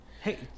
Hey